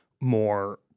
more